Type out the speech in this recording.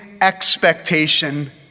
expectation